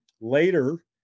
Later